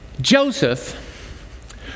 Joseph